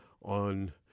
on